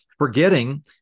forgetting